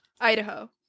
Idaho